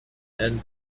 and